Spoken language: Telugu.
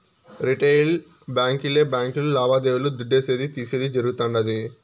రిటెయిల్ బాంకీలే బాంకీలు లావాదేవీలు దుడ్డిసేది, తీసేది జరగుతుండాది